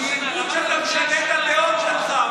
למה אתה משנה את הדעות שלך?